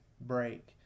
break